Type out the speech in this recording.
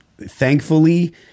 thankfully